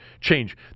change